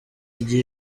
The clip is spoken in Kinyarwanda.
igihe